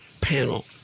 panel